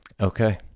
Okay